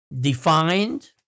defined